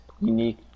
unique